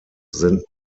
sind